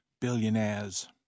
Billionaires